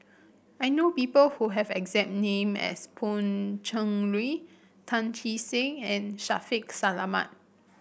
I know people who have exact name as Pan Cheng Lui Tan Che Sang and Shaffiq Selamat